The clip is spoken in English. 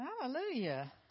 Hallelujah